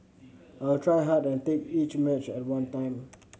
I'll try hard and take each match at one time